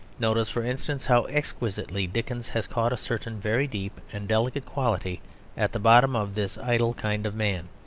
notice, for instance, how exquisitely dickens has caught a certain very deep and delicate quality at the bottom of this idle kind of man.